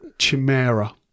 Chimera